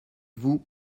vous